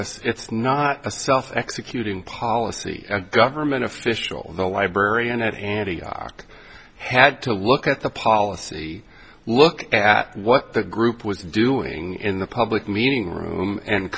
us it's not a self executing policy a government official the librarian at antioch had to look at the policy look at what the group was doing in the public meeting room and